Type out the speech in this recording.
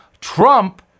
Trump